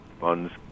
funds